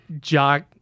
Jock